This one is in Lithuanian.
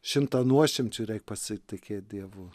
šimtą nuošimčių reik pasitikėt dievu